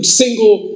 single